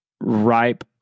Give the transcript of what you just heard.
ripe